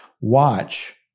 watch